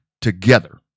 together